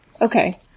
Okay